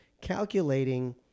calculating